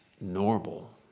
normal